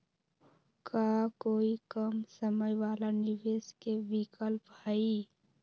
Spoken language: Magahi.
का कोई कम समय वाला निवेस के विकल्प हई?